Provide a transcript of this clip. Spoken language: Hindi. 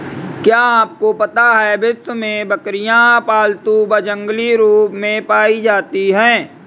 क्या आपको पता है विश्व में बकरियाँ पालतू व जंगली रूप में पाई जाती हैं?